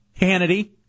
Hannity